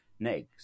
negs